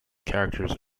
characters